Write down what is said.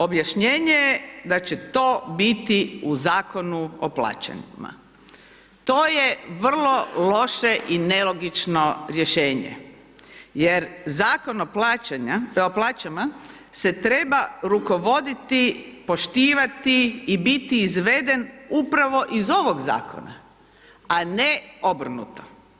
Objašnjenje je da će to biti u Zakonu o plaćama, to je vrlo loše i nelogično rješenje, jer Zakon o plaćama se treba rukovoditi, poštivati i biti izveden upravo iz ovog zakona, a ne obrnuto.